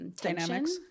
dynamics